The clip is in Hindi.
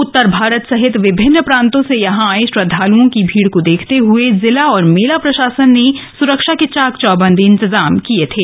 उत्तर भारत सहित विभिन्न प्रांतों से यहां आए श्रद्धालुओं की भीड़ को देखते हुए जिला और मेला प्रशासन ने सुरक्षा के चाक चौबंद इंतजाम किए थे